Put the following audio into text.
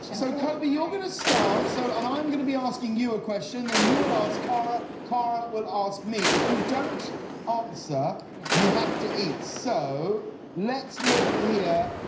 so kobe you're going to start so and i'm going to be asking you a question then you ask cara, cara will ask me. if you don't answer yeah you have to eat. so let's look here.